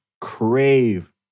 crave